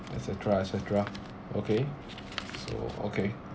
et cetera et cetera okay so okay